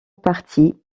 partis